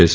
S